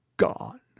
Gone